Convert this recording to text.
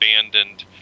abandoned